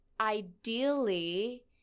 ideally